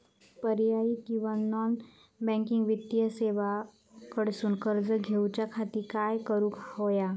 पर्यायी किंवा non banking वित्तीय सेवा कडसून कर्ज घेऊच्या खाती काय करुक होया?